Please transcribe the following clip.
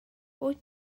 wyt